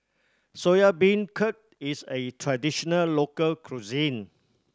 Soya Beancurd is a traditional local cuisine